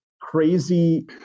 crazy